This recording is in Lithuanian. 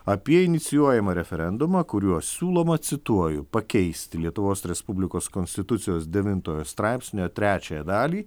apie inicijuojamą referendumą kuriuo siūloma cituoju pakeisti lietuvos respublikos konstitucijos devintojo straipsnio trečiąją dalį